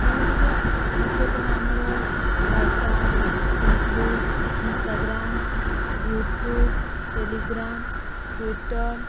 ଯେମିତିକି ମୁଖ୍ୟତଃ ଆମର WhatsApp Facebook Instagram YouTube Telegram Twitter